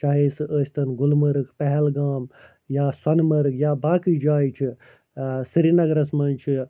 چاہے سُہ ٲسۍ تَن گُلمرگ پہلگام یا سونہٕ مرگ یا باقٕے جایہِ چھِ ٲں سرینَگرَس مَنٛز چھِ